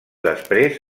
després